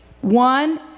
One